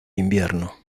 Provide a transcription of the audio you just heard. invierno